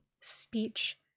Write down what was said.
speech